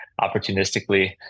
opportunistically